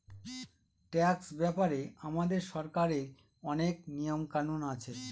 tax ব্যাপারে আমাদের সরকারের অনেক নিয়ম কানুন আছে